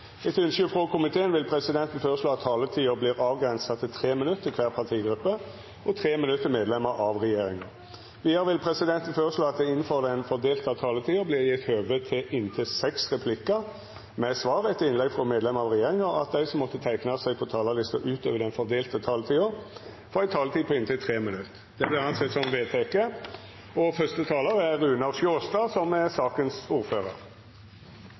Etter ynske frå energi og miljøkomiteen vil presidenten føreslå at taletida vert avgrensa til 3 minutt til kvar partigruppe og 3 minutt til medlemer av regjeringa. Vidare vil presidenten føreslå at det – innanfor den fordelte taletida – vert gjeve høve til inntil seks replikkar med svar etter innlegg frå medlemer av regjeringa, og at dei som måtte teikna seg på talarlista utover den fordelte taletida, får ei taletid på inntil 3 minutt. – Det er vedteke. En arbeidsgruppe ved NVE har vurdert behovet for å styrke arbeidet med å håndtere risiko som